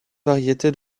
variété